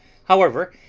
however,